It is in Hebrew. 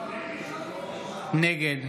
נגד